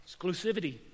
Exclusivity